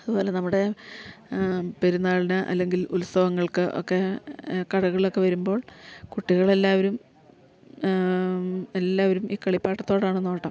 അതുപോലെ നമ്മുടെ പെരുന്നാളിന് അല്ലെങ്കിൽ ഉത്സവങ്ങൾക്ക് ഒക്കെ കടകൾക്കൊക്കെ വരുമ്പോൾ കുട്ടികളെല്ലാവരും എല്ലാവരും ഈ കളിപ്പാട്ടത്തോടാണ് നോട്ടം